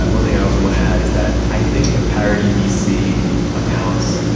and one thing i also want to add is that i think the parity vc accounts